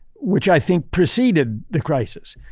which i think preceded the crisis.